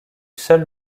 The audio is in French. seul